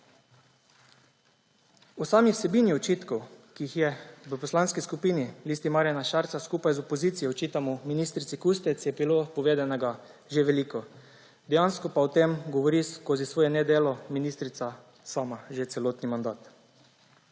O sami vsebini očitkov, ki jih v Poslanski skupini Liste Marjana Šarca skupaj z opozicijo očitamo ministrici Kustec, je bilo povedanega že veliko, dejansko pa o tem govori skozi svoje nedelo ministrica sama že celoten mandat.